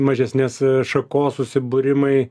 mažesnės šakos susibūrimai